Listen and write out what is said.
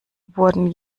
wurden